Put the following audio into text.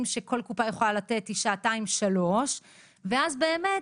שכל קופת חולים יכולת לתת היא שעתיים-שלוש ואז באמת,